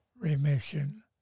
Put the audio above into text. remission